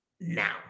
Now